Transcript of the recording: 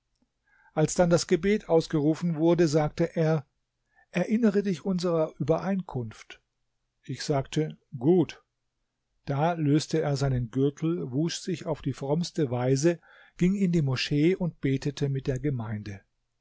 als dann das gebet ausgerufen wurde sagte er erinnere dich unserer übereinkunft ich sagte gut da löste er seinen gürtel wusch sich auf die frommste weise ging in die moschee und betete mit der gemeinde